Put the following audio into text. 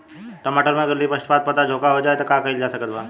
टमाटर में अगर लीफ स्पॉट पता में झोंका हो जाएँ त का कइल जा सकत बा?